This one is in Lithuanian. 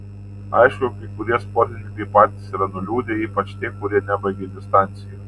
aišku kai kurie sportininkai patys yra nuliūdę ypač tie kurie nebaigė distancijų